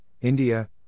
India